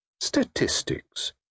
Statistics